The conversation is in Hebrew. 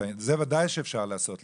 זה ודאי שאפשר לעשות,